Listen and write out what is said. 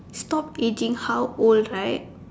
stop aging how old right